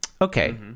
Okay